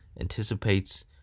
anticipates